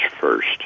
first